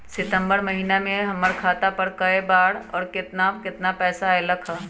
सितम्बर महीना में हमर खाता पर कय बार बार और केतना केतना पैसा अयलक ह?